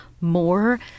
more